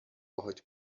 باهات